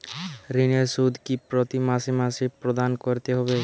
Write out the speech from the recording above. ঋণের সুদ কি প্রতি মাসে মাসে প্রদান করতে হবে?